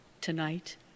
tonight